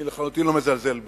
אני לחלוטין לא מזלזל בהם,